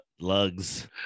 lugs